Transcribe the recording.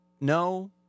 No